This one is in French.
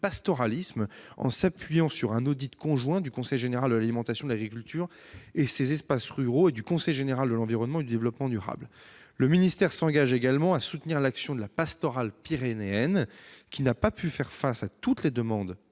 pastoralisme, en s'appuyant sur un audit conjoint du Conseil général de l'alimentation, de l'agriculture et des espaces ruraux et du Conseil général de l'environnement et du développement durable. Le ministère s'engage également à soutenir l'action de la Pastorale pyrénéenne, qui n'a pas pu faire face à toutes les demandes